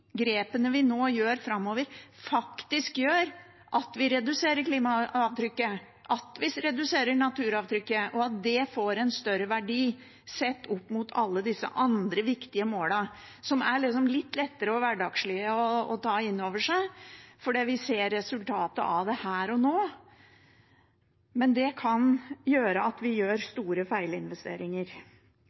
grepene vi nå gjør framover, faktisk gjør at vi reduserer klimaavtrykket, at vi reduserer naturavtrykket, og at det får en større verdi sett opp mot alle disse andre viktige målene som er litt lettere og hverdagslige å ta inn over seg, fordi vi ser resultatet av det her og nå? Men det kan gjøre at vi gjør store feilinvesteringer.